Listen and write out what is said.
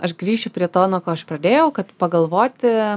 aš grįšiu prie to nuo ko aš pradėjau kad pagalvoti